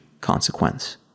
consequence